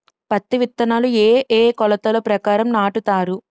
పత్తి విత్తనాలు ఏ ఏ కొలతల ప్రకారం నాటుతారు?